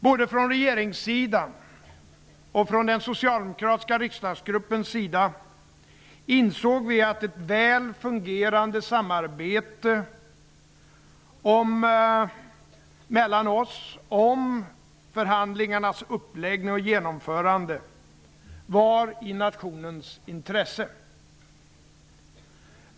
Vi insåg från både regeringens och den socialdemokratiska riksdagsgruppens sida att ett väl fungerande samarbete mellan oss om förhandlingarnas uppläggning och genomförande var i nationens intresse.